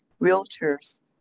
realtors